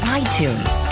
iTunes